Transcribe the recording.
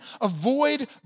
avoid